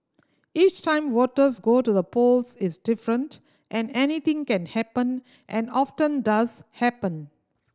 each time voters go to the polls is different and anything can happen and often does happen